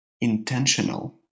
intentional